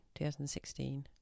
2016